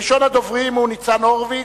ראשון הדוברים הוא חבר הכנסת ניצן הורוביץ,